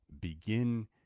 begin